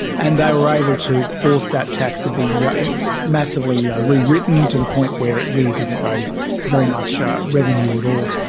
and they were able to force that tax to the yeah yeah massively ah rewritten to the point where it really didn't raise very much revenue at all.